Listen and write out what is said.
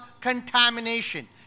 contamination